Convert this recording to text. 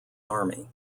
army